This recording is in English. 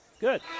Good